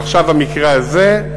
ועכשיו המקרה הזה.